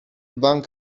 bank